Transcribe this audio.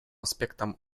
аспектом